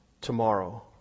tomorrow